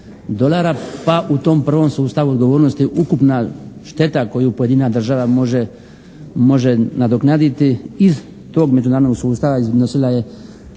dolara pa u tom prvom sustavu odgovornosti ukupna šteta koju pojedina država može nadoknaditi iz tog međunarodnog sustava iznosila je